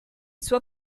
suo